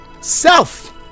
Self